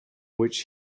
which